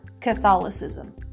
Catholicism